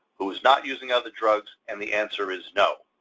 who is not using other drugs? and the answer is no.